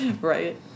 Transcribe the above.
right